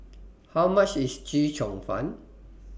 How much IS Chee Cheong Fun